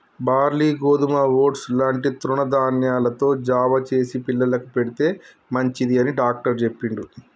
barley గోధుమ oats లాంటి తృణ ధాన్యాలతో జావ చేసి పిల్లలకు పెడితే మంచిది అని డాక్టర్ చెప్పిండు